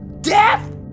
death